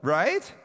right